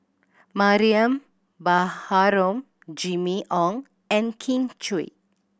Mariam Baharom Jimmy Ong and Kin Chui